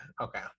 Okay